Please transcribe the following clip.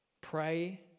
Pray